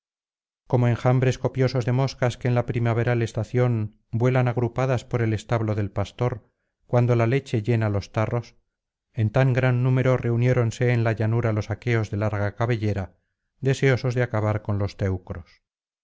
como enjambres copiosos de moscas que en la primaveral estación vuelan agrupadas por el establo del pastor cuando la leche llena los tarros en tan gran número reuniéronse en la llanura los aqueos de larga cabellera deseosos de acabar con los teucros